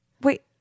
wait